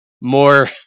more